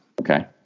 Okay